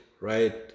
right